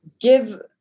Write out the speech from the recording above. give